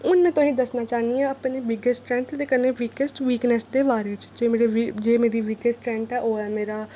हून में तुसेंगी दस्सना चाह्न्नी आं अपने बिग्गेस्ट स्ट्रेंथ ते अपनी बिग्गेस्ट वीकनेस दे बारे च जेह्ड़ी मेरी बिग्गेस्ट स्ट्रेंथ ऐ ओह् ऐ मेरा